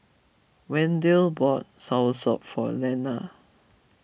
Wendell bought soursop for Lenna